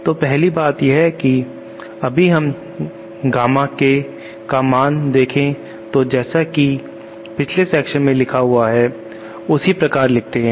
तो पहली बात यह है कि अभी हम गामा K K मान लिखें तो जैसा कि पिछले सेक्शन में लिखा हुआ है उसी प्रकार लिखते हैं